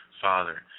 Father